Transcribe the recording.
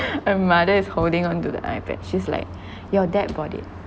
my mother is holding onto the iPad she's like your dad bought it